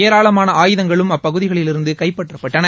ஏராளமான ஆயுதங்களும் அப்பகுதிகளிலிருந்து கைப்பற்றப்பட்டன